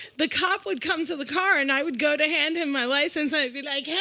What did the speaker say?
the cop would come to the car, and i would go to hand him my license. i'd be like, yeah